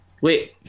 wait